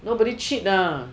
nobody cheat ah